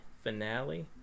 finale